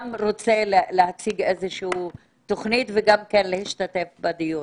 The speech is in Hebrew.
רוצה להציג איזו שהיא תוכנית וגם להשתתף בדיון.